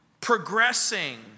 progressing